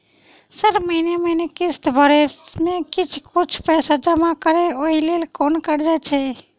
Sir महीने महीने किस्तसभ मे किछ कुछ पैसा जमा करब ओई लेल कोनो कर्जा छैय?